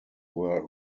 were